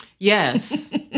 Yes